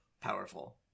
Powerful